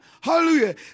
hallelujah